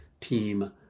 team